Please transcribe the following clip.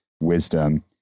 wisdom